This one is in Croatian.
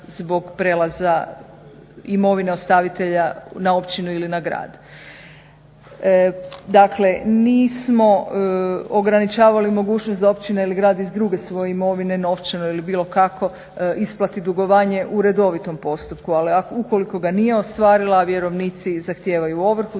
zbog prelaza imovine ostavitelja na općinu ili na grad. Dakle, nismo ograničavali mogućnost da općina ili grad iz druge svoje imovine novčano ili bilo kako isplati dugovanje u redovitom postupku. Ali ukoliko ga nije ostvarila, a vjerovnici zahtijevaju ovrhu